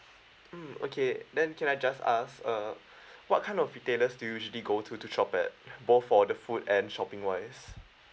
mm okay then can I just ask uh what kind of retailers do you usually go to to shop at both for the food and shopping wise